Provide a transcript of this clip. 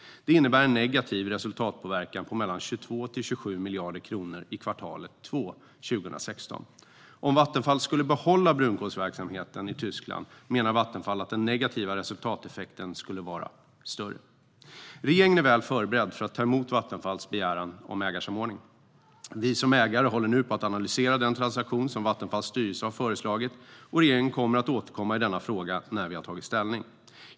Det innebär en negativ resultatpåverkan på 22-27 miljarder i kvartal 2 år 2016. Om Vattenfall skulle behålla brunkolsverksamheten i Tyskland menar Vattenfall att den negativa resultateffekten skulle vara större. Regeringen är väl förberedd för ta emot Vattenfalls begäran om ägarsamordning. Vi som ägare håller nu på att analysera den transaktion som Vattenfalls styrelse har föreslagit. Regeringen kommer att återkomma i denna fråga när vi har tagit ställning.